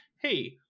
hey